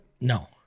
No